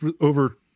over